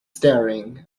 staring